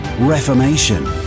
reformation